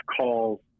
calls